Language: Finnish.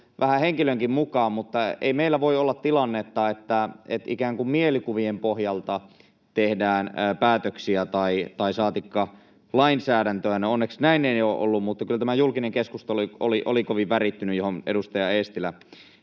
vähän henkilönkin mukaan, mutta ei meillä voi olla tilannetta, että ikään kuin mielikuvien pohjalta tehdään päätöksiä, saatikka lainsäädäntöä. No, onneksi näin ei ole ollut, mutta kyllä tämä julkinen keskustelu, johon edustaja Eestilä